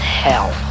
hell